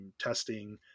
testing